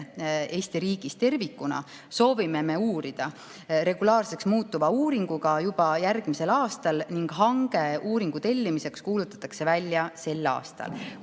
Eesti riigis tervikuna soovime me uurida regulaarseks muutuva uuringuga juba järgmisel aastal ning hange uuringu tellimiseks kuulutatakse välja sel aastal.